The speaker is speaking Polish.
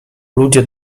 ludzie